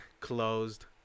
closed